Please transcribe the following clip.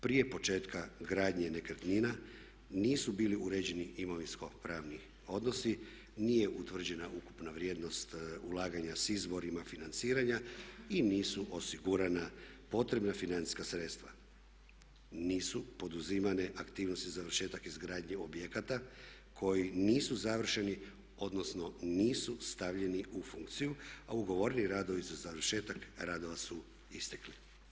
Prije početka gradnje nekretnina nisu bili uređeni imovinsko pravni odnosi, nije utvrđena ukupna vrijednost ulaganja s izvorima financiranja i nisu osigurana potrebna financijska sredstva, nisu poduzimane aktivnosti završetak izgradnje objekata koji nisu završeni odnosno nisu stavljeni u funkciju a ugovoreni radovi za završetak radova su istekli.